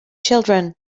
children